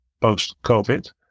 post-COVID